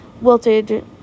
wilted